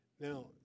Now